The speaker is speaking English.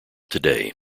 today